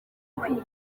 kwiga